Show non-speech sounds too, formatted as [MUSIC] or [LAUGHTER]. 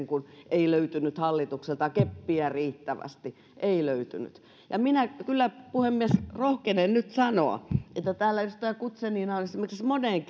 [UNINTELLIGIBLE] kun ei löytynyt hallitukselta keppiä riittävästi ei löytynyt ja minä kyllä puhemies rohkenen nyt sanoa että täällä edustaja guzenina on esimerkiksi moneen [UNINTELLIGIBLE]